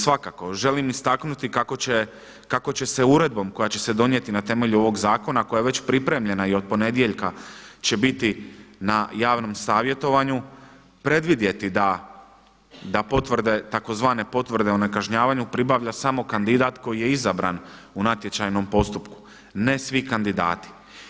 Svakako želim istaknuti kako će se uredbom koja će se donijeti na temelju ovog zakona koja je već pripremljena i od ponedjeljka će biti na javnom savjetovanju predvidjeti da potvrde, tzv. potvrde o nekažnjavanju pribavlja samo kandidat koji je izabran u natječajnom postupku ne svi kandidati.